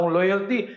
loyalty